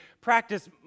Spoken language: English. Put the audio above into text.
practice